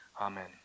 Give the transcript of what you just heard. Amen